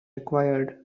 required